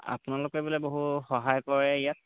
আপোনালোকে বোলে বহু সহায় কৰে ইয়াত